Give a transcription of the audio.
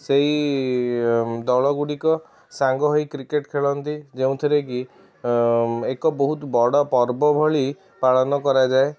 ସେଇ ଦଳ ଗୁଡ଼ିକ ସାଙ୍ଗ ହୋଇ କ୍ରିକେଟ୍ ଖେଳନ୍ତି ଯେଉଁଥିରେକି ଏକ ବହୁତ ବଡ଼ ପର୍ବ ଭଳି ପାଳନ କରାଯାଏ